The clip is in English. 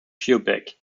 quebec